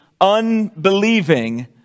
unbelieving